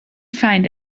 find